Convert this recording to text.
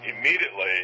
immediately